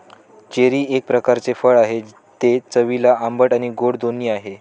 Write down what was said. cherry एक प्रकारचे फळ आहे, ते चवीला आंबट आणि गोड दोन्ही आहे